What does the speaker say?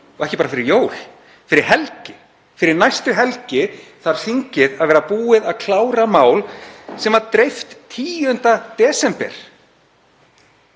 Og ekki bara fyrir jól, heldur fyrir helgi. Fyrir næstu helgi þarf þingið að vera búið að klára mál sem var dreift 10. desember.